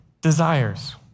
desires